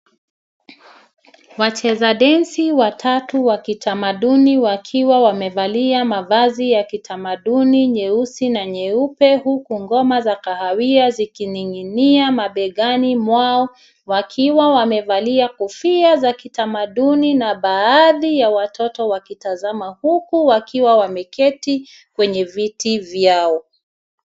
Wachezadensi watatu wa kitamaduni wakiwa wamevalia mavazi ya kitamaduni nyeusi na nyeupe huku ngoma za kahawia zikining'inia mabegani mwao wakiwa wamevalia kofia za kitamaduni na baadhi ya watoto wakitazama huku wakiwa wameketi kwenye viti vyao.